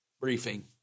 briefing